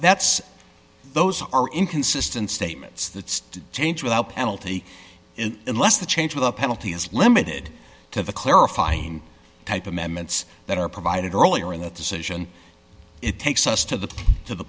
that's those are inconsistent statements that's to change without penalty unless the change of the penalty is limited to the clarifying type amendments that are provided earlier in that decision it takes us to the to the